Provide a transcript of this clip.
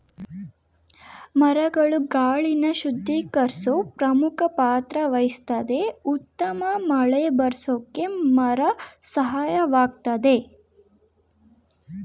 ಮರಗಳು ಗಾಳಿನ ಶುದ್ಧೀಕರ್ಸೋ ಪ್ರಮುಖ ಪಾತ್ರವಹಿಸ್ತದೆ ಉತ್ತಮ ಮಳೆಬರ್ರ್ಸೋಕೆ ಮರ ಸಹಾಯಕವಾಗಯ್ತೆ